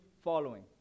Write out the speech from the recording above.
following